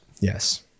Yes